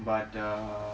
but uh